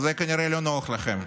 וזה כנראה לא נוח לכם.